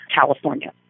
California